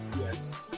Yes